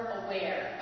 aware